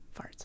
farts